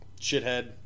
shithead